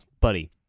buddy